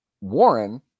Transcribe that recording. Warren